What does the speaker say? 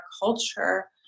culture